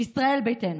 ישראל ביתנו: